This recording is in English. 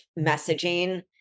messaging